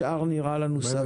השאר נראה לנו סביר.